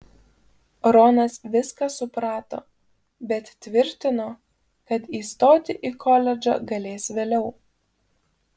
ronas viską suprato bet tvirtino kad įstoti į koledžą galės vėliau